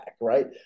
right